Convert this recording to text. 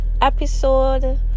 episode